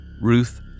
Ruth